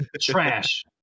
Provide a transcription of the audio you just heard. trash